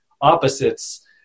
opposites